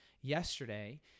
yesterday